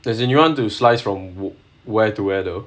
as in you want to slice from where to where though